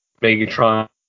Megatron